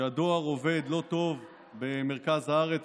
כשהדואר עובד לא טוב במרכז הארץ,